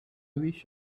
wish